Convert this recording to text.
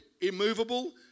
immovable